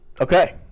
Okay